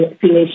finish